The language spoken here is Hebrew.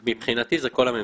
מבחינתי זאת כל הממשלה.